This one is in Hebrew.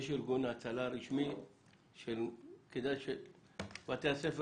יש ארגון הצלה רשמי וכדאי שבתי הספר,